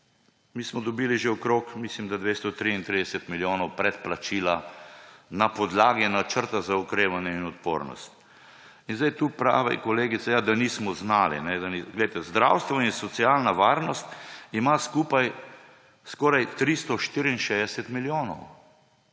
mi smo dobili okoli mislim da 233 milijonov predplačila na podlagi načrta za okrevanje in odpornost. In zdaj tu pravi kolegica, da nismo znali. Glejte, zdravstvo in socialna varnost imata skupaj zagotovljenih skoraj 364 milijonov.